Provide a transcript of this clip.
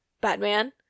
Batman